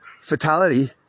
fatality